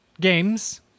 games